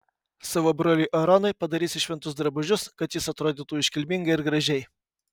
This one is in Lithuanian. savo broliui aaronui padarysi šventus drabužius kad jis atrodytų iškilmingai ir gražiai